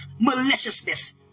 maliciousness